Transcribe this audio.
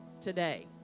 today